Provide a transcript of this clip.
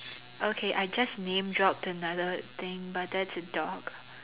okay I just name dropped another thing but that's a dog